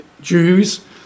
Jews